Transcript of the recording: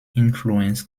influence